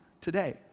today